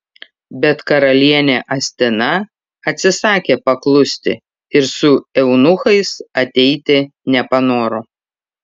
bet karalienė astina atsisakė paklusti ir su eunuchais ateiti nepanoro